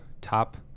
top